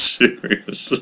serious